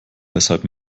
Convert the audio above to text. weshalb